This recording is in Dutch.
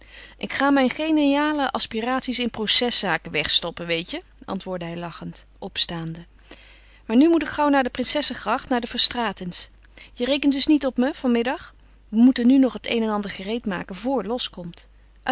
ik ga mijn geniale aspiraties in proceszaken wegstoppen weet je antwoordde hij lachend opstaande maar nu moet ik gauw naar de princessegracht naar de verstraetens je rekent dus niet op me van middag we moeten nu nog het een en ander gereed maken vor losch komt